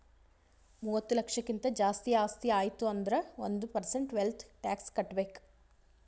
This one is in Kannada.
ಮೂವತ್ತ ಲಕ್ಷಕ್ಕಿಂತ್ ಜಾಸ್ತಿ ಆಸ್ತಿ ಆಯ್ತು ಅಂದುರ್ ಒಂದ್ ಪರ್ಸೆಂಟ್ ವೆಲ್ತ್ ಟ್ಯಾಕ್ಸ್ ಕಟ್ಬೇಕ್